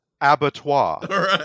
Abattoir